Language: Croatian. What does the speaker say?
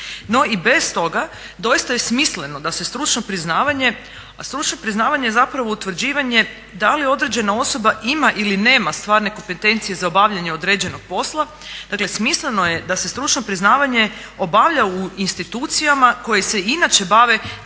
No i bez toga doista je smisleno da se stručno priznavanje, a stručno priznavanje je zapravo utvrđivanje da li određena osoba ima ili nema stvarne kompetencije za obavljanje određenog posla, dakle smisleno je da se stručno priznavanje obavlja u institucijama koje se inače bave